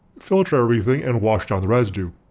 filter everything and wash down the residue,